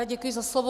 Děkuji za slovo.